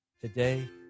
today